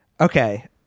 Okay